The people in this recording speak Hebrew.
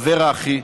אברה אחי,